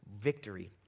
victory